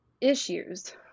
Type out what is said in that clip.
issues